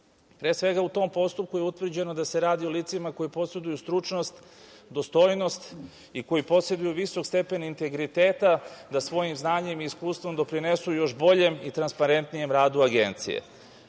svega, u tom postupku je utvrđeno da se radi o licima koja poseduju stručnost, dostojnost i koji poseduju visok stepen integriteta da svojim znanjem i iskustvom doprinesu još boljem i transparentnijem radu Agencije,